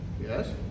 Yes